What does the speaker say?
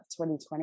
2020